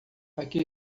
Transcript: aqui